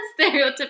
stereotypical